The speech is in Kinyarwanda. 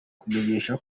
kumenyesha